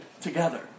together